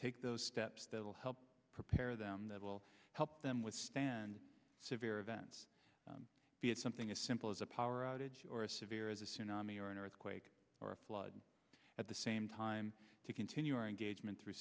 take those steps that will help prepare them that will help them withstand severe events be it something as simple as a power outage or a severe as a tsunami or an earthquake or a flood at the same time to continue our engagement through